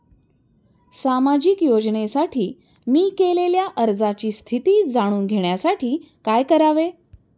सामाजिक योजनेसाठी मी केलेल्या अर्जाची स्थिती जाणून घेण्यासाठी काय करावे?